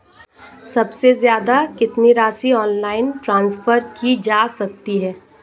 सबसे ज़्यादा कितनी राशि ऑनलाइन ट्रांसफर की जा सकती है?